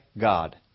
god